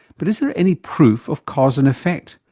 but is there any proof of cause and effect,